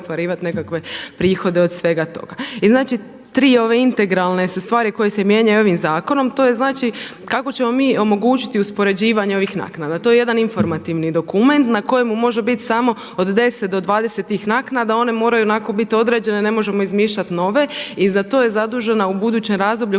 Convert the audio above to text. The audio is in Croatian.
nekakve prihode od svega toga. I znači tri ove integralne su stvari koje se mijenjaju ovim zakonom, to je znači kako ćemo mi omogućiti uspoređivanje ovih naknada. To je jedan informativni dokument na kojemu može biti samo od 10 do 20 tih naknada, one moraju onako biti određene, ne možemo izmišljati nove i za to je zadužena u budućem razdoblju